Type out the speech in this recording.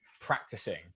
practicing